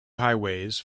highways